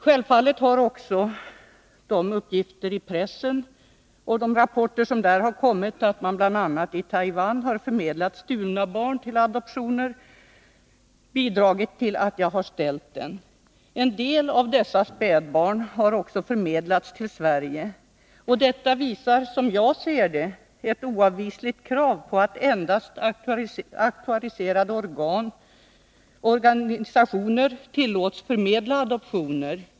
Självfallet har också de uppgifter och rapporter som förekommit i pressen, att man bl.a. i Taiwan har förmedlat stulna barn till adoptioner, bidragit till att jag ställt denna fråga. En del av dessa spädbarn har förmedlats till Sverige. Detta leder, som jag ser det, till att man måste ställa upp som ett oavvisligt krav att endast auktoriserade organisationer tillåts förmedla adoptioner.